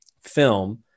film